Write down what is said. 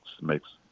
makes